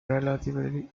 relatively